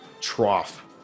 trough